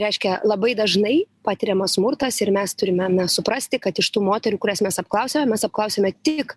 reiškia labai dažnai patiriamas smurtas ir mes turime na suprasti kad iš tų moterų kurias mes apklausę mes apklausėme tik